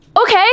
okay